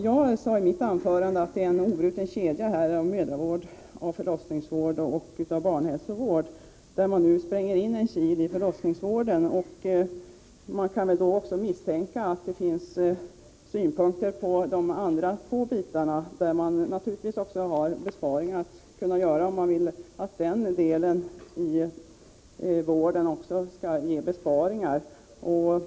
Jag sade i mitt anförande att det är en obruten kedja mellan mödravård, förlossningsvård och barnhälsovård, där man nu spränger in en kil i förlossningsvården. Man kan väl då misstänka att det finns synpunkter också på de två andra delarna, där det naturligtvis också skulle kunna göras besparingar.